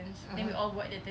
mmhmm